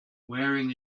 wearing